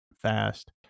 fast